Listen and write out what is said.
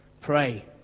pray